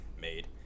made